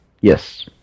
Yes